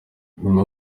nyuma